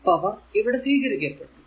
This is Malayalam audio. ഈ പവർ ഇവിടെ സ്വീകരിക്കപ്പെട്ടു